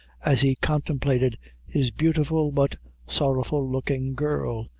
as he contemplated his beautiful but sorrowful looking girl,